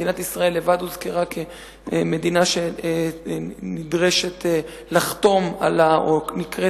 מדינת ישראל לבדה הוזכרה כמדינה שנקראת לחתום על ה-NPT,